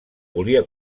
volia